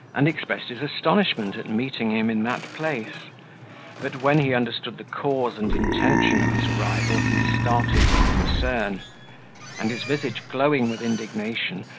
and expressed his astonishment at meeting him in that place but when he understood the cause and intention of his arrival, he started with concern and, his visage glowing with indignation,